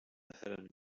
hidden